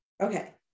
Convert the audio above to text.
Okay